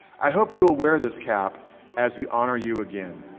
i hope you will wear this cap as we honor you again.